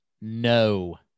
No